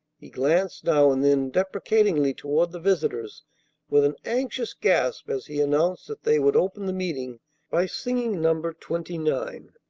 he glanced now and then deprecatingly toward the visitors with an anxious gasp as he announced that they would open the meeting by singing number twenty-nine.